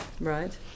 Right